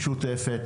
משותפת,